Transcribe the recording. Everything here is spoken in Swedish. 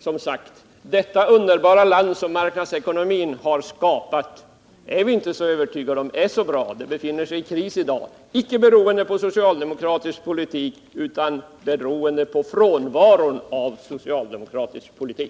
Som sagt: Vi är emellertid inte så övertygade om att detta underbara land, som marknadsekonomin har skapat, är så bra. Det befinner sig i kris i dag, icke beroende på socialdemokratisk politik utan beroende på frånvaron av socialdemokratisk politik.